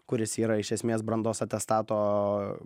kuris yra iš esmės brandos atestato